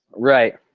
right.